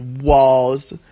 walls